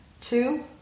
two